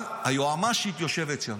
אבל היועמ"שית יושבת שם,